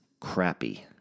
crappy